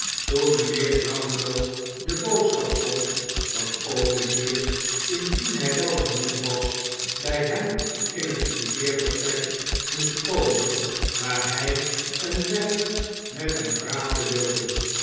toen mijnheer brownlow de boodschap zond dat olivier indien hij wel genoeg was bij hem in het studeervertrek moest komen waar hij een weinig met hem praten wilde